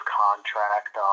contract